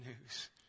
news